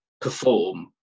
perform